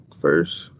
first